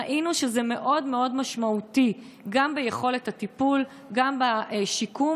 ראינו שזה מאוד משמעותי גם ביכולת הטיפול וגם בשיקום.